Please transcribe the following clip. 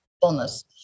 fullness